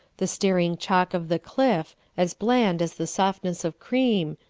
the staring chalk of the cliff as bland as the softness of cream,